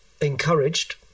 encouraged